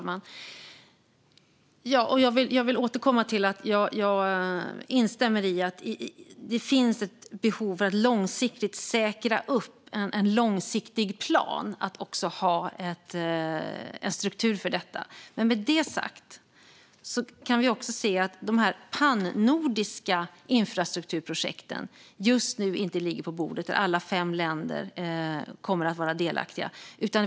Fru talman! Jag vill återkomma till att jag instämmer i att det finns ett behov av att långsiktigt säkra en långsiktig plan och att också ha en struktur för detta. Men med detta sagt kan vi också se att dessa pannordiska infrastrukturprojekt just nu inte ligger på bordet, där alla fem länder kommer att vara delaktiga.